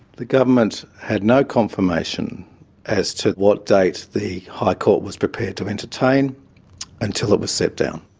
the government had no confirmation as to what date the high court was prepared to entertain until it was set down.